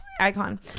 Icon